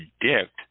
predict